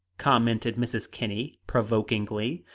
commented mrs. kinney provokingly,